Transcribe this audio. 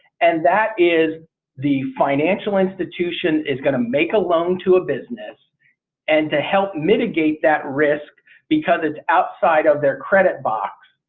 and that is the financial institution is going to make a loan to a business and to help mitigate that risk because it's outside of their credit box.